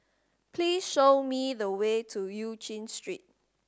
please show me the way to Eu Chin Street